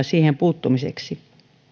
siihen puuttumiseksi